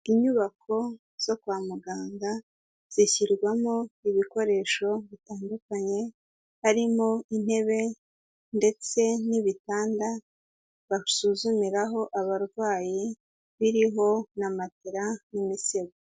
Inyubako zo kwa muganga, zishyirwamo ibikoresho bitandukanye, harimo intebe ndetse n'ibitanda basuzumiraho abarwayi, biriho na matera n'imisego